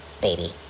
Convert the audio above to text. baby